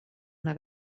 una